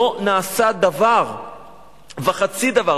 לא נעשה דבר וחצי דבר.